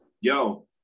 Yo